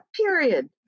period